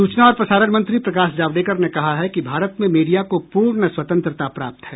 सूचना और प्रसारण मंत्री प्रकाश जावड़ेकर ने कहा है कि भारत में मीडिया को पूर्ण स्वतंत्रता प्राप्त है